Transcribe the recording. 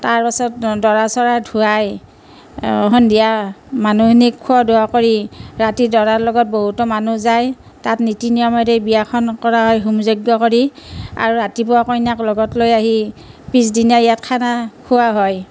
তাৰ পাছত দৰা চৰা ধোৱাই সন্ধিয়া মানুহখিনিক খোৱা দিয়া কৰি ৰাতি দৰাৰ লগত বহুতো মানুহ যায় তাত নীতি নিয়মেৰে বিয়াখন কৰা হয় হোম যজ্ঞ কৰি আৰু ৰাতিপুৱা কইনাক লগত লৈ আহি পিছদিনা ইয়াত খানা খোওৱা হয়